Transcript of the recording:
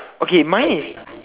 okay mine is